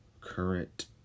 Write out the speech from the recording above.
current